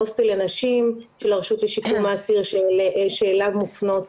הוסטל הנשים של הרשות לשיקום האסיר שאליו מופנות